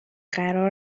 قرار